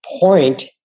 Point